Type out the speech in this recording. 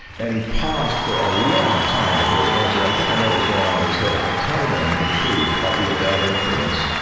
and he paused for a long time before he answered. i think i know it was going on in his head. if i tell them the truth, i'll be a bad influence.